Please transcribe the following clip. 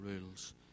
rules